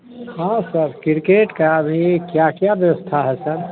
हाँ sir cricket की भी क्या क्या व्यवस्था है सर